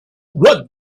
what